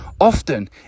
often